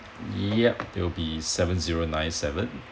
yup they will be seven zero nine seven